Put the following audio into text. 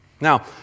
Now